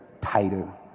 tighter